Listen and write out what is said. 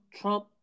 Trump